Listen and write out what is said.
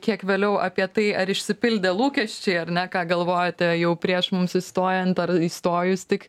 kiek vėliau apie tai ar išsipildė lūkesčiai ar ne ką galvojote jau prieš mums įstojant ar įstojus tik